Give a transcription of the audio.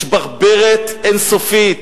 יש ברברת אין-סופית,